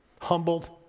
humbled